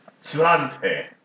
Slante